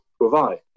provide